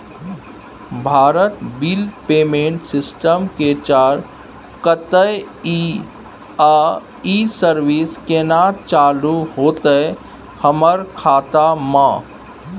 Bharat bill payment system के charge कत्ते इ आ इ सर्विस केना चालू होतै हमर खाता म?